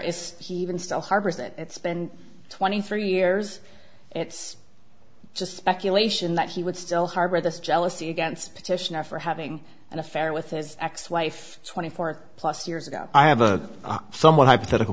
is he even still harbors that it's been twenty three years it's just speculation that he would still harbor this jealousy against petitioner for having an affair with his ex wife twenty four plus years ago i have a somewhat hypothetical